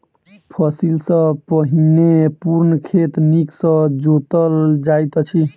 फसिल सॅ पहिने पूर्ण खेत नीक सॅ जोतल जाइत अछि